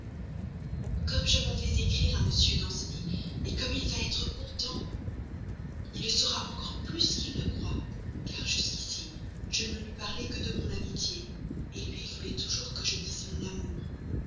comme je m'en vais écrire à m danceny comme il va être content il le sera encore plus qu'il ne croit car jusqu'ici je ne lui parlais que de mon amitié lui il voulait toujours que je dise mon amour